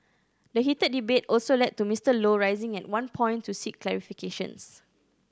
the heated debate also led to Mister Low rising at one point to seek clarifications